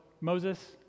Moses